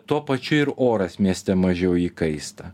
tuo pačiu ir oras mieste mažiau įkaista